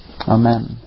Amen